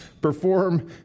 perform